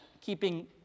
keeping